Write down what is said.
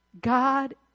God